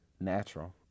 Natural